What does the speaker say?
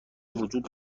وجود